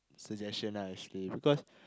suggestion ah actually because